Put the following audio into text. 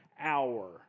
hour